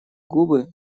губы